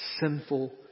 sinful